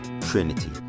trinity